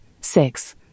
six